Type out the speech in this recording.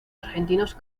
argentinos